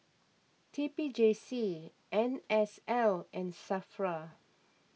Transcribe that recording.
T P J C N S L and Safra